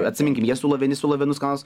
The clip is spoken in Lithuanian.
atsiminkim jie siūlo vieni siūlo vienus kanalus